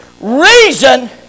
reason